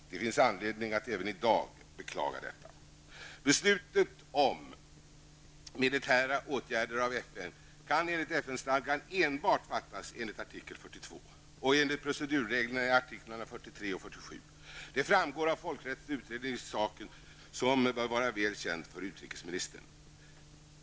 Detta finns det anledning att även i dag beklaga. Beslut om militära åtgärder av FN kan enligt FN stadgan enbart fattas enligt artikel 42 och enligt procedurreglerna i artiklarna 43--47. Detta framgår av folkrättslig utredning i saken, som bör vara väl känd för utrikesministern.